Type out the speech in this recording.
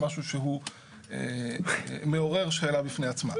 משהו שהוא מעורר שאלה בפני עצמה.